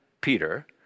Peter